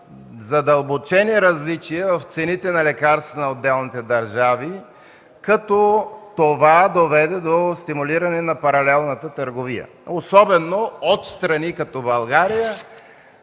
задълбочени различия в цените на лекарствата на отделните държави, като това доведе до стимулиране на паралелната търговия, особено от страни като България,